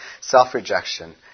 self-rejection